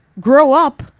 grow up,